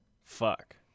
Fuck